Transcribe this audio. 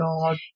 God